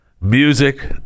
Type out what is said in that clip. Music